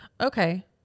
Okay